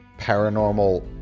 paranormal